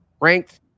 ranked